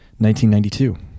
1992